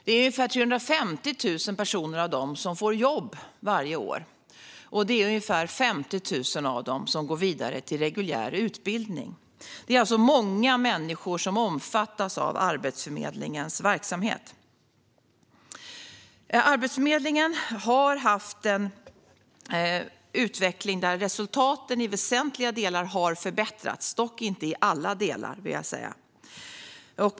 Det är ungefär 350 000 av dessa personer som får jobb varje år, och det är ungefär 50 000 av dem som går vidare till reguljär utbildning. Det är alltså många människor som omfattas av Arbetsförmedlingens verksamhet. Arbetsförmedlingen har haft en utveckling där resultaten i väsentliga delar har förbättrats, dock inte i alla delar.